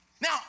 Now